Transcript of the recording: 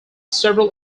several